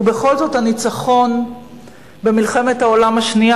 ובכל זאת הניצחון במלחמת העולם השנייה,